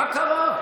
מה קרה?